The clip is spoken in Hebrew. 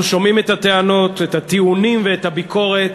אנחנו שומעים את הטענות, את הטיעונים ואת הביקורת,